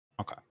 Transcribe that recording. Okay